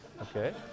Okay